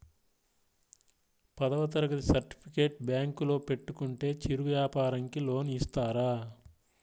పదవ తరగతి సర్టిఫికేట్ బ్యాంకులో పెట్టుకుంటే చిరు వ్యాపారంకి లోన్ ఇస్తారా?